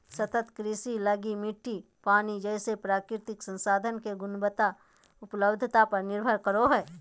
सतत कृषि लगी मिट्टी, पानी जैसे प्राकृतिक संसाधन के गुणवत्ता, उपलब्धता पर निर्भर करो हइ